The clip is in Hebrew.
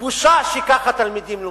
בושה שככה התלמידים לומדים,